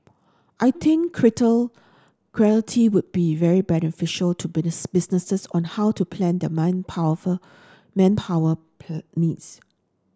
I think greater clarity would be very beneficial to businesses on how to plan their man powerful manpower needs